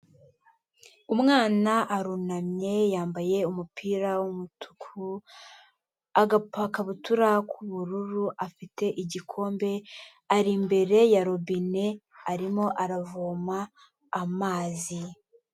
Umwana arunamye yambaye umupira w'umutuku, agakabutura k'ubururu, afite igikombe, ari imbere ya robine arimo aravoma amazi.